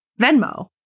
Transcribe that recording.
Venmo